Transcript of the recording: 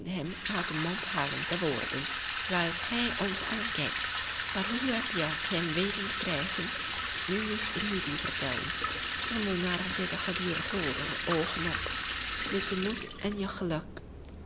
uit de mand halen het is om razend te worden zooals hij ons aankijkt maar hoe heb je hem weten te krijgen nu moest rudy vertellen en de molenaar zette gedurig grooter oogen op met je moed en je geluk